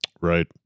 Right